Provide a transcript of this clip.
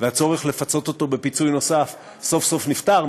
והצורך לפצות אותו פיצוי נוסף סוף-סוף נפתר,